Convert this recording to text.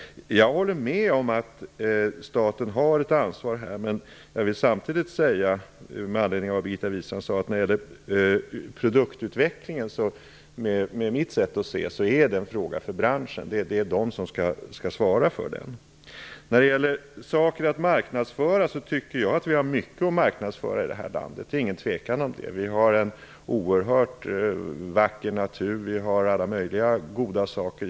Jag håller med om att staten har ett ansvar. Men produktutvecklingen är, med mitt sätt att se, en fråga för branschen. Det är branschen som skall svara för den. Jag tycker att vi har mycket att marknadsföra i det här landet. Det är inget tvivel om det. Vi har en oerhört vacker natur. Det finns alla möjliga goda saker.